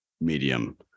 medium